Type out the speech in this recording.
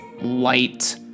light